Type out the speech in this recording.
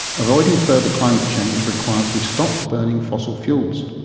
avoiding further climate change requires we stop burning fossil fuels.